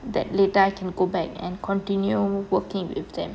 that later I can go back and continue working with them